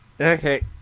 Okay